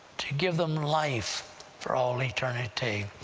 to give them life for all eternity.